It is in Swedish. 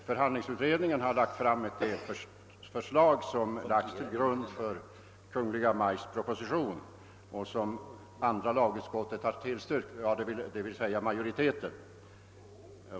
Förhandlingsutredningen har utarbetat ett förslag som lagts till grund för Kungl. Maj:ts proposition och som andra Jlagutskottets majoritet tillstyrkt.